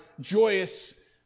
joyous